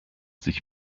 sich